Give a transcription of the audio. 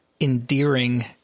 endearing